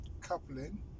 coupling